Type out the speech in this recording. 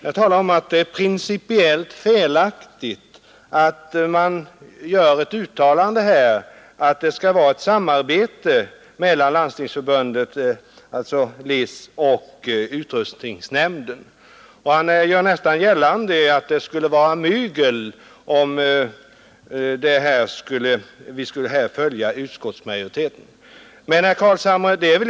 Han talar om att det är principiellt felaktigt att uttala sig för ett samarbete mellan LIC och utrustningsnämnden. Han gör t.o.m. gällande att utskottsmajoritetens skrivning inbjuder till mygel.